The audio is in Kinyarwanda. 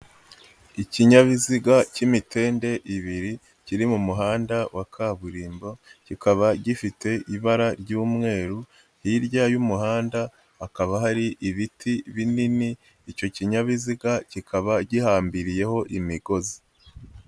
Ikinyabiziga cy'imitende ibiri kiri mu muhanda wa kaburimbo, kikaba gifite ibara ry'umweru, hirya y'umuhanda hakaba hari ibiti binini, icyo kinyabiziga kikaba gihambiriyeho imigozi.